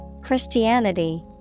Christianity